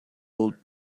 old